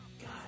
God